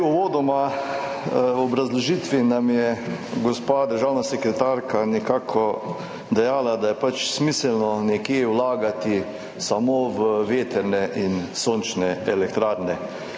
Prej, uvodoma v obrazložitvi, nam je gospa državna sekretarka nekako dejala, da je smiselno vlagati samo v vetrne in sončne elektrarne.